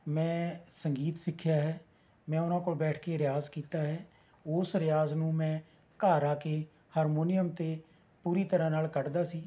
ਮੈਂ ਸੰਗੀਤ ਸਿੱਖਿਆ ਹੈ ਮੈਂ ਉਹਨਾਂ ਕੋਲ ਬੈਠ ਕੇ ਰਿਆਜ਼ ਕੀਤਾ ਹੈ ਉਸ ਰਿਆਜ਼ ਨੂੰ ਮੈਂ ਘਰ ਆ ਕੇ ਹਰਮੋਨੀਅਮ 'ਤੇ ਪੂਰੀ ਤਰ੍ਹਾਂ ਨਾਲ ਕੱਢਦਾ ਸੀ